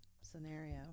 scenario